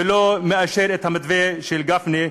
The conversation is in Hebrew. הוא לא מאשר את המתווה של גפני,